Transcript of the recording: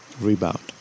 rebound